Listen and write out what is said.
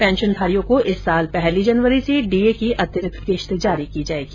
पेंशनधारियों को इस साल पहली जनवरी से डीए की अतिरिक्त किश्त जारी की जाएगी